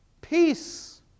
Peace